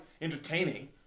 entertaining